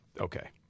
Okay